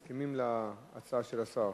המציעים מסכימים להצעה של השר,